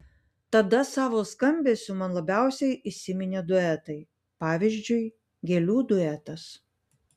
tada savo skambesiu man labiausiai įsiminė duetai pavyzdžiui gėlių duetas